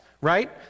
right